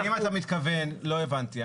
לא הבנתי.